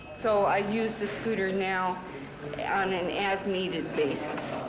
so i use the scooter now on an as-needed basis.